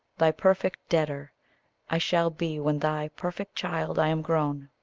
thy perfect debtor i shall be when thy perfect child i am grown.